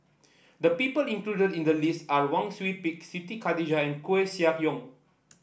the people included in the list are Wang Sui Pick Siti Khalijah and Koeh Sia Yong